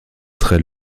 très